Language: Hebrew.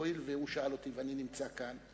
הואיל והוא שאל אותי ואני נמצא כאן,